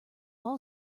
all